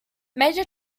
major